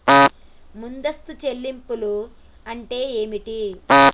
ముందస్తు చెల్లింపులు అంటే ఏమిటి?